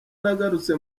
nagarutse